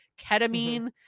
ketamine